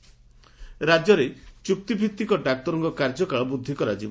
ଚ୍ ରାଜ୍ୟରେ ଚୁକ୍ତିଭିଭିକ ଡାକ୍ତରଙ୍କ କାର୍ଯ୍ୟକାଳ ବୃଦ୍ଧି କରାଯିବ